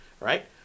Right